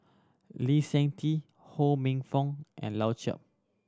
Lee Seng Tee Ho Minfong and Lau Chiap